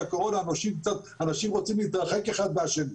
הקורונה אנשים רוצים להתרחק אחד מהשני,